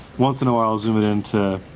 once and a while i'll zoom it in to.